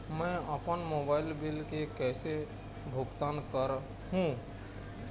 मैं अपन mobile bill के कैसे भुगतान कर हूं?